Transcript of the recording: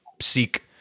seek